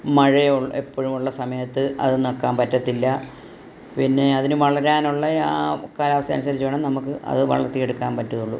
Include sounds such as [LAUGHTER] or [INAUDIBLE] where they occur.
മഴയോ എപ്പഴും ഉള്ള സമയത്ത് അത് [UNINTELLIGIBLE] പറ്റത്തില്ല പിന്നെ അതിന് വളരാനുള്ള ആ കാലാവസ്ഥ അനുസരിച്ച് വേണം നമുക്ക് അത് വളർത്തിയെടുക്കാൻ പറ്റുകയുള്ളു